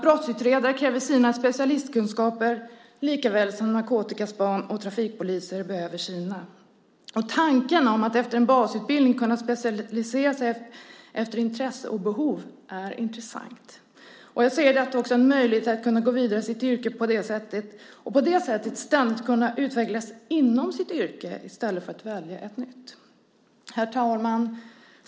Brottsutredare behöver sina specialistkunskaper likväl som narkotikaspanare och trafikpoliser behöver sina. Tanken att poliser efter en basutbildning ska kunna specialisera sig efter intresse och behov är intressant. Jag ser i detta också en möjlighet att kunna gå vidare i sitt yrke och på det sättet ständigt kunna utvecklas inom sitt yrke i stället för att välja ett nytt. Herr talman!